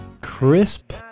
Crisp